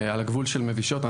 על הגבול של מבישות.